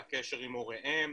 הקשר עם הוריהם,